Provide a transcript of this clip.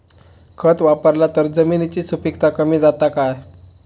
खत वापरला तर जमिनीची सुपीकता कमी जाता काय?